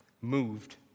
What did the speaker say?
Moved